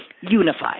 Unified